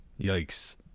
Yikes